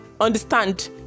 understand